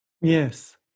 Yes